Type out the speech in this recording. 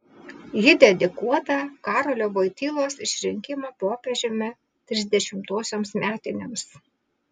ji dedikuota karolio vojtylos išrinkimo popiežiumi trisdešimtosioms metinėms